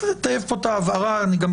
חוקר או חוקרת